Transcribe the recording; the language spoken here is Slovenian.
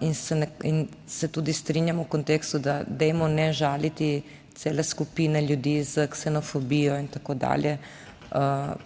in se tudi strinjam v kontekstu, da ne žaliti cele skupine ljudi s ksenofobijo in tako dalje,